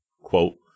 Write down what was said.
Quote